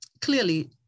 clearly